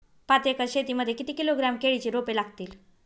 पाच एकर शेती मध्ये किती किलोग्रॅम केळीची रोपे लागतील?